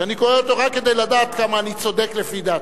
שאני קורא אותו רק כדי לדעת כמה אני צודק לפי דעתי,